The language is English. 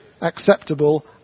acceptable